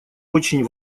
очень